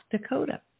Dakota